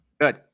Good